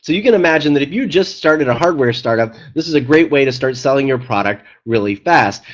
so you can imagine that if you just started a hardware startup this is a great way to start selling your product really fast,